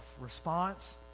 response